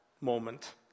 moment